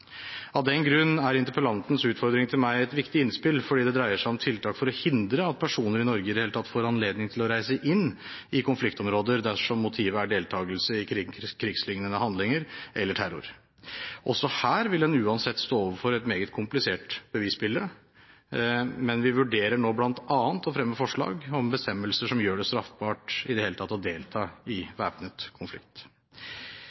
Av den grunn er interpellantens utfordring til meg et viktig innspill fordi det dreier seg om tiltak for å hindre at personer i Norge i det hele tatt får anledning til å reise inn i konfliktområder dersom motivet er deltakelse i krigslignende handlinger eller terror. Også her vil en uansett stå overfor et meget komplisert bevisbilde, men vi vurderer nå bl.a. å fremme forslag om bestemmelser som gjør det straffbart i det hele tatt å delta i